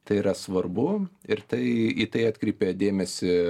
tai yra svarbu ir tai į tai atkreipia dėmesį